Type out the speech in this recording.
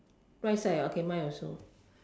right side okay mine also